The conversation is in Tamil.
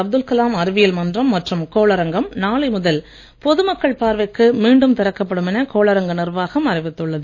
அப்துல் கலாம் அறிவியல் மன்றம் மற்றும் கோளரங்கம் நாளை முதல் பொதுமக்கள் பார்வைக்கு மீண்டும் திறக்கப்படும் என கோளரங்க நிர்வாகம் அறிவித்துள்ளது